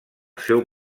seu